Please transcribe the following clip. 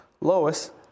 Lois